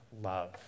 love